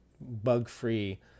bug-free